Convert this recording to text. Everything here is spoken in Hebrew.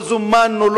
לא זומנו,